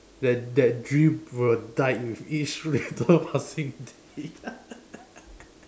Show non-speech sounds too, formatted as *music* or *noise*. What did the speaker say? that that dream will die with each little passing day *laughs*